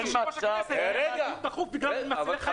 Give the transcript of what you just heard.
הטעו את יושב-ראש הכנסת הדיון דחוף בגלל קווים מצילי חיים.